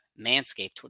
Manscaped